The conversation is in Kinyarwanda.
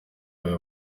aya